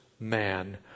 Man